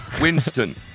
Winston